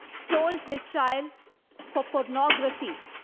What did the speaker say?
so his his child for pornography.